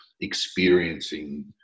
experiencing